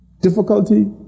Difficulty